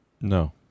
No